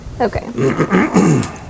Okay